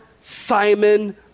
Simon